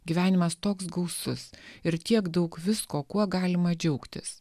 gyvenimas toks gausus ir tiek daug visko kuo galima džiaugtis